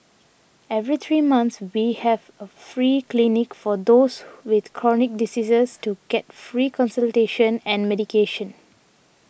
every three months we have a free clinic for those with chronic diseases to get free consultation and medication